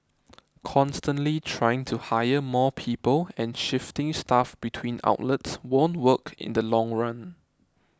constantly trying to hire more people and shifting staff between outlets won't work in the long run